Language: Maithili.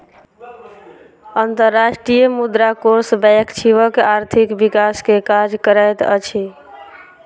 अंतर्राष्ट्रीय मुद्रा कोष वैश्विक आर्थिक विकास के कार्य करैत अछि